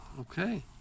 Okay